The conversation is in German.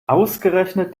ausgerechnet